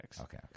okay